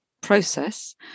process